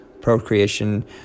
procreation